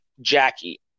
Jackie